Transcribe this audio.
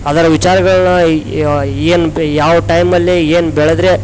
ಅದರ ವಿಚಾರಗಳನ್ನ ಈ ಏನು ಬೆ ಯಾವ ಟೈಮಲ್ಲಿ ಏನು ಬೆಳೆದ್ರೆ